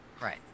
Right